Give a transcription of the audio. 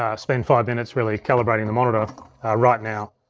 ah spend five minutes really, calibrating the monitor right now.